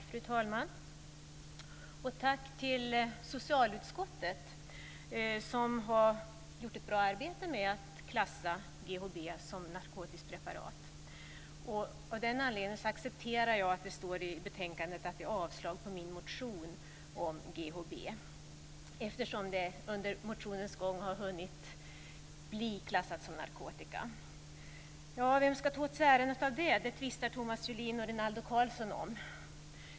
Fru talman! Ett tack till socialutskottet, som har gjort ett bra arbete för att klassa GHB som ett narkotiskt preparat. Eftersom det under utskottsbehandlingens gång har hunnit bli klassat som narkotika accepterar jag att utskottet yrkar avslag på min motion om Thomas Julin och Rinaldo Karlsson tvistade om vem som ska ta åt sig äran av detta.